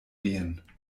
gehen